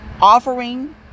Offering